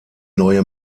neue